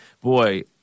boy